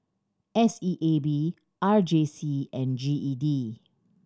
S E A B R J C and G E D